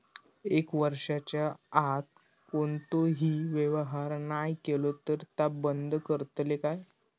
एक वर्षाच्या आत कोणतोही व्यवहार नाय केलो तर ता बंद करतले काय?